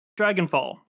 Dragonfall